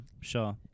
sure